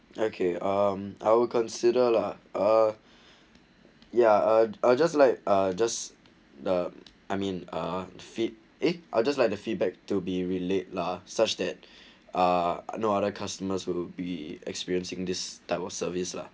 okay um I will consider lah uh yeah uh or just like uh just the i mean and fit !ee! I'll just like the feedback to be relate law such that are no other customers will be experiencing this type of service lah